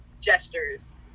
gestures